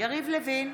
יריב לוין,